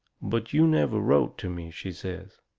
but you never wrote to me, she says.